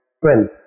friend